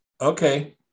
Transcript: Okay